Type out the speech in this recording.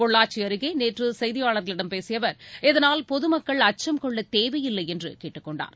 பொள்ளாச்சி அருகே நேற்று செய்தியாளர்களிடம் பேசிய அவர் இதனால் பொதுமக்கள் அச்சம் கொள்ளத் தேவையில்லை என்று கேட்டுக் கொண்டார்